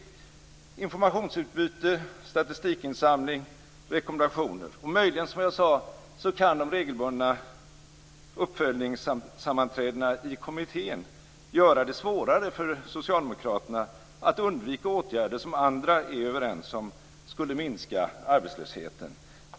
Det handlar om informationsutbyte, statistikinsamling och rekommendationer. Möjligen kan, som jag sade, de regelbundna uppföljningssammanträdena i kommittén göra det svårare för Socialdemokraterna att undvika åtgärder som andra är överens om skulle minska arbetslösheten.